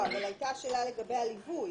אבל היתה שאלה לגבי הליווי,